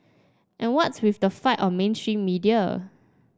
and what's with the fight on mainstream media